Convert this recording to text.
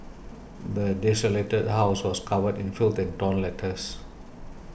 the desolated house was covered in filth and torn letters